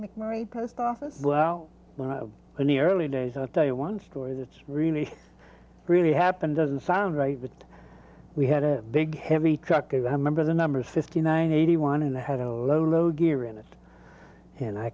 mcnairy post office well when i was in the early days i tell you one story that's really really happened doesn't sound right but we had a big heavy truck of a member the numbers fifty nine eighty one in the head a low low gear in it and i